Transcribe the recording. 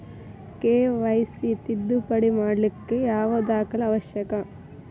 KYC ತಿದ್ದುಪಡಿ ಮಾಡ್ಲಿಕ್ಕೆ ಯಾವ ದಾಖಲೆ ಅವಶ್ಯಕ?